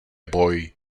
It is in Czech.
boj